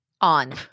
on